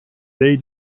they